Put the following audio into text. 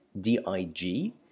D-I-G